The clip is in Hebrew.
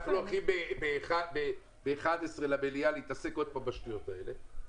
אנחנו הולכים בשעה 11:00 להתעסק עוד פעם בשטויות האלה.